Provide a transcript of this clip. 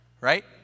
Right